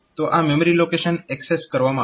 તો આ memory location access કરવામાં આવશે